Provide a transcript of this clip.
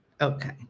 Okay